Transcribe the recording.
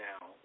now